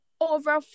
over